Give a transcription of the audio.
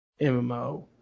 MMO